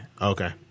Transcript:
Okay